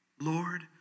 Lord